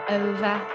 over